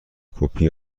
کپی